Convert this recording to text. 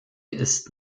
ist